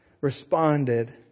responded